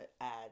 add